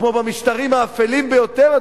כמו במשטרים האפלים ביותר,